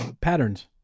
Patterns